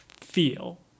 feel